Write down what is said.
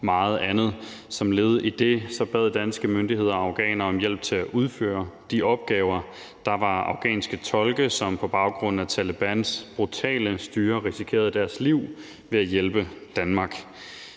meget andet. Som led i det bad danske myndigheder afghanere om hjælp til at udføre de opgaver. Der var afghanske tolke, som på baggrund af Talebans brutale styre risikerede deres liv ved at hjælpe Danmark.